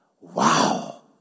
Wow